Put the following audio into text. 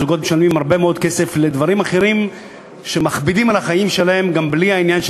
זוגות משלמים הרבה מאוד כסף לדברים אחרים שמכבידים על החיים שלהם.